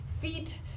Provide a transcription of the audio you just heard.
Feet